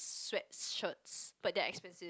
sweat shirts but they are expensive